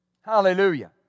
Hallelujah